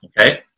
Okay